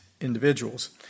individuals